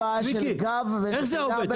איך זה עובד?